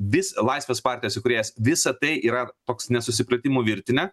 vis laisvės partijos įkūrėjas visa tai yra toks nesusipratimų virtinė